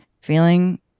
feeling